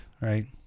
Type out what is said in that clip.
right